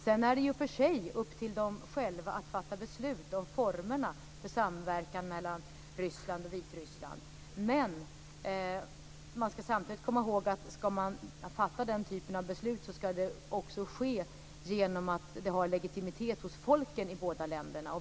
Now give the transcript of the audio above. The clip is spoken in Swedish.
Det är i och för sig upp till dem själva att fatta beslut om formerna för samverkan mellan Ryssland och Vitryssland, men vi ska komma ihåg att om den typen av beslut ska fattas, ska det ske med legitimitet hos folken i båda länderna.